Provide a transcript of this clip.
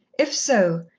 if so,